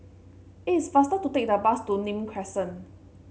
it is faster to take the bus to Nim Crescent